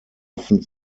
offen